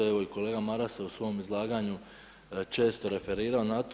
Evo i kolega Maras se u svom izlaganju često referirao na to.